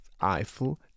Eiffel